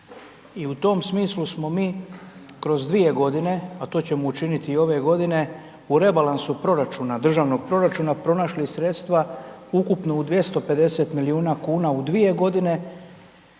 I u tom smislu smo mi kroz dvije godine, a to ćemo učiniti i ove godine u rebalansu proračuna, državnog proračuna pronašli sredstva ukupno u 250 milijuna kuna u dvije godine